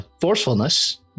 forcefulness